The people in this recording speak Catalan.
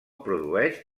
produeix